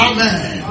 Amen